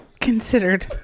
considered